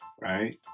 right